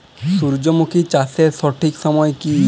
সূর্যমুখী চাষের সঠিক সময় কি?